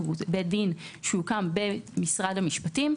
שהוא בית דין שהוקם במשרד המשפטים.